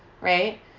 right